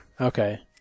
Okay